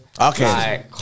Okay